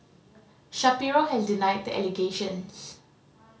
Shapiro has denied the allegations